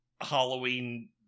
Halloween